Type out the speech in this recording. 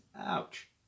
Ouch